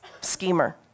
Schemer